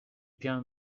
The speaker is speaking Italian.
piano